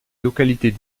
localités